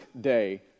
day